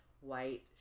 white